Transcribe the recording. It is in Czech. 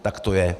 Tak to je.